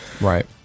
Right